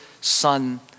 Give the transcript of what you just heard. son